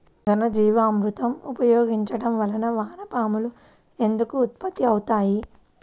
ఘనజీవామృతం ఉపయోగించటం వలన వాన పాములు ఎందుకు ఉత్పత్తి అవుతాయి?